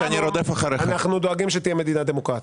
אנחנו דואגים שתהיה מדינה דמוקרטית.